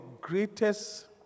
greatest